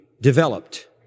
developed